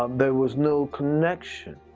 um there was no connection.